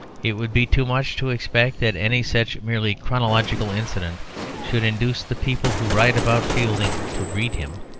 it would be too much to expect that any such merely chronological incident should induce the people who write about fielding to read him